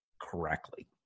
correctly